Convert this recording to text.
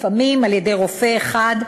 לפעמים על-ידי רופא אחד,